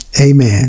Amen